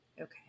Okay